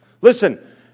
Listen